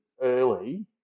early